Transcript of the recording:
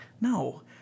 No